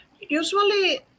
Usually